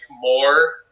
more